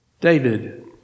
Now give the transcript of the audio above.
David